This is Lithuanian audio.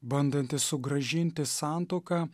bandanti sugrąžinti santuoką